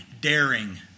daring